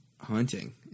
hunting